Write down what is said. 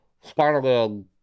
Spider-Man